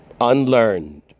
unlearned